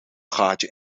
gaatje